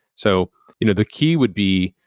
so you know the key would be,